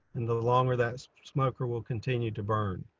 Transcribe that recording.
and the longer that smoker will continue to burn.